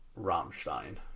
Rammstein